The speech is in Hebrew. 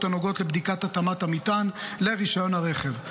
הנוגעות לבדיקת התאמת המטען לרישיון הרכב.